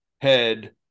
head